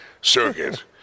Circuit